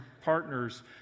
partners